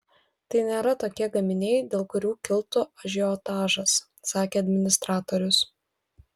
tai nėra tokie gaminiai dėl kurių kiltų ažiotažas sakė administratorius